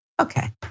okay